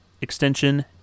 extension